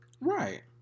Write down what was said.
Right